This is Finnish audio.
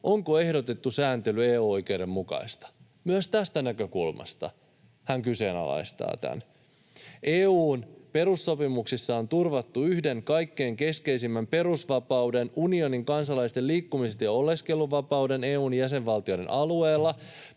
onko ehdotettu sääntely EU-oikeuden mukaista.” Myös tästä näkökulmasta hän kyseenalaistaa tämän. EU:n perussopimuksissa on turvattu yksi kaikkein keskeisin perusvapaus, unionin kansalaisten liikkumisen ja oleskelun vapaus EU:n jäsenvaltioiden alueella.